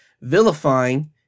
vilifying